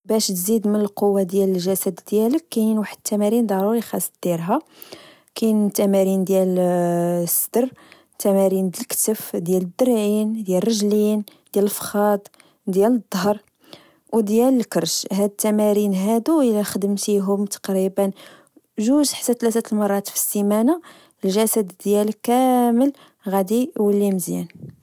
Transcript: باش تزيد من القوة ديال الجسد ديالك كينين واحد التمارين ضروري خاص ديرها، كين تمارين ديال الصدر، تمارين دالكتف، ديال الدرعين، ديال الرجلين، ديال الفخاض، ديال الظهر وديال الكرش، هاد التمارين هادو إلا خدمتيهم تقريبا جوج حتي تلاتة المرات في السيمانة الجسد ديالك كامل غدي إولي مزيان